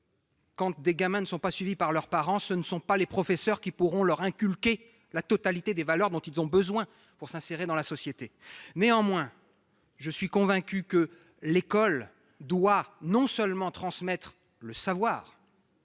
quand des gamins ne sont pas suivis par leurs parents, ce ne sont pas les professeurs qui pourront leur inculquer la totalité des valeurs dont ils ont besoin pour s'insérer dans la société. Néanmoins, je suis convaincu que l'école doit transmettre non seulement le savoir,